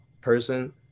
person